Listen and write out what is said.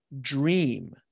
dream